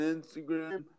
Instagram